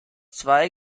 zwei